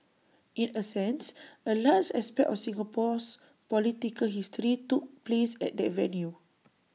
in essence A large aspect of Singapore's political history took place at that venue